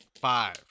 Five